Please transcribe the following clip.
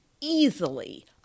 easily